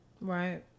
Right